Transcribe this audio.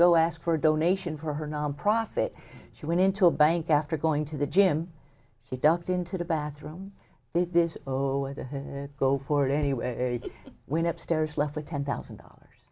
go ask for a donation for her nonprofit she went into a bank after going to the gym he ducked into the bathroom they did go for it anyway went up stairs left for ten thousand dollars